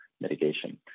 mitigation